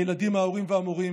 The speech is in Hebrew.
הילדים, ההורים והמורים